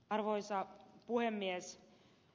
arvoisa puhemies